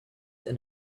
and